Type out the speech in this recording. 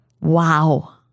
Wow